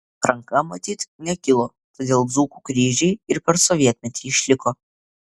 ranka matyt nekilo todėl dzūkų kryžiai ir per sovietmetį išliko